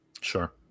Sure